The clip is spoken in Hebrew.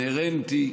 נמצאים עם יד על הדופק,